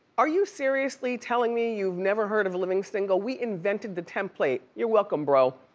are you seriously telling me you've never heard of living single? we invented the template. you're welcome, bro.